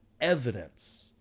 evidence